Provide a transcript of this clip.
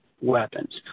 weapons